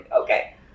Okay